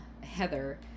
Heather